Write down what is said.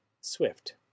swift